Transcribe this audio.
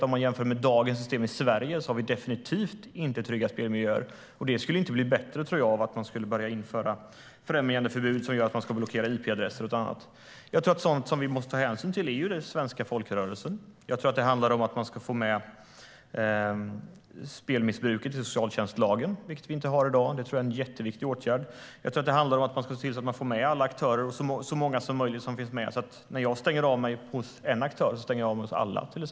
Om man jämför med dagens system i Sverige har vi definitivt inte trygga spelmiljöer. Det skulle inte bli bättre av att man börjar införa främjande av förbud som gör att man ska blockera ip-adresser och annat. Sådant som vi måste ta hänsyn till är den svenska folkrörelsen. Det handlar om att man ska få med spelmissbruket i socialtjänstlagen, vilket vi inte har i dag. Det tror jag är en jätteviktig åtgärd. Det handlar om att man ska se till att få med så många aktörer som möjligt. Det skulle till exempel innebära att jag när jag stänger av mig hos en aktör stänger av mig hos alla.